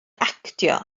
actio